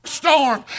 storm